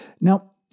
Now